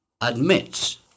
admits